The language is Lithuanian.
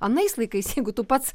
anais laikais jeigu tu pats